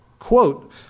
Quote